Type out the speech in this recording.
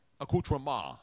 accoutrement